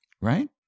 Right